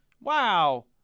wow